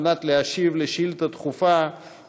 אדוני יעלה לדוכן על מנת להשיב על שאילתה דחופה שמספרה